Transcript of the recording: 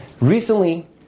Recently